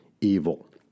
evil